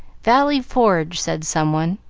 valley forge, said someone,